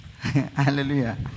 Hallelujah